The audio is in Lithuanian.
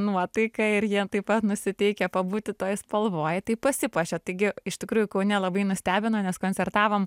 nuotaika ir jie taip pat nusiteikę pabūti toje spalvoj tai pasipuošia taigi iš tikrųjų nelabai nustebino nes koncertavom